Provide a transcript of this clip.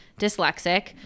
dyslexic